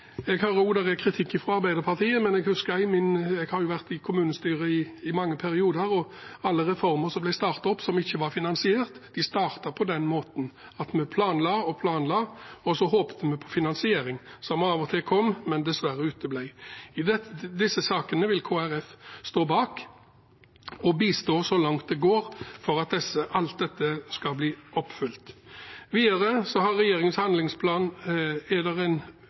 Jeg hører kritikk fra Arbeiderpartiet, men jeg husker at – jeg har vært i et kommunestyre i mange perioder – alle reformer som ble startet opp og ikke var finansiert, startet på den måten at vi planla og planla, og håpet på finansiering, som av og til kom, eller dessverre uteble. Disse sakene vil Kristelig Folkeparti stå bak og bistå så langt det går for at alt dette skal følges opp. Regjeringens handlingsplan for universell utforming 2015–2019 skal evalueres i 2019, nettopp for å finne status, hvor veien går videre